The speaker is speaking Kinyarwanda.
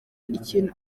ikintu